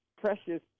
precious